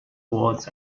awards